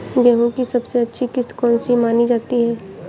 गेहूँ की सबसे अच्छी किश्त कौन सी मानी जाती है?